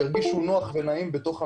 ירגישו נוח ונעים בתוך המבנה.